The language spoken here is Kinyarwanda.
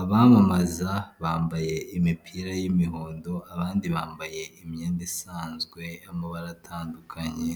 abamamaza bambaye imipira y'imihondo abandi bambaye imyenda isanzwe y'amabara atandukanye.